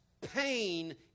pain